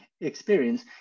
experience